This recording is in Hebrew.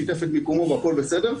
שיתף את מיקומו והכול בסדר,